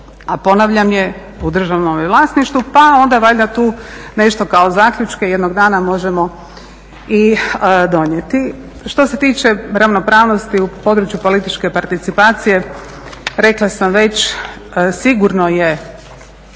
ponavljam, je u državnom vlasništvu pa onda valjda tu nešto kao zaključke jednog dana možemo i donijeti. Što se tiče ravnopravnosti u području političke participacije, rekla sam već, sigurno je